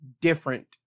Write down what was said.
different